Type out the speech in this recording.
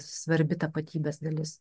svarbi tapatybės dalis